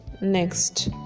next